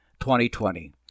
2020